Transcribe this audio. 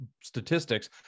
statistics